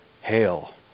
hail